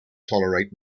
tolerate